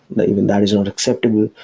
that even that is not acceptable,